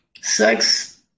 sex